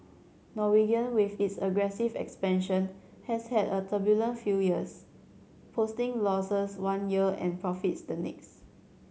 Norwegian with its aggressive expansion has had a turbulent few years posting losses one year and profits the next